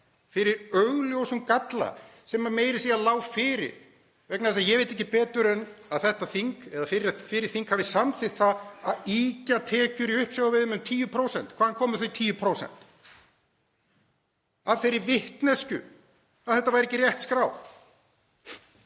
fyrir augljósum galla, sem meira að segja lá fyrir vegna þess að ég veit ekki betur en að fyrri þing hafi samþykkt að ýkja tekjur í uppsjávarveiðum um 10%. Hvaðan komu þau 10%? Af þeirri vitneskju að þetta væri ekki rétt skráð.